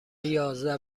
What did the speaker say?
یازده